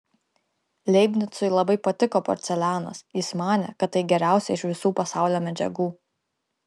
leibnicui labai patiko porcelianas jis manė kad tai geriausia iš visų pasaulio medžiagų